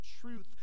truth